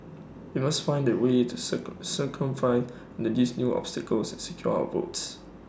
we must find A way to circumvent in these new obstacles and secure our votes